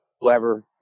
whoever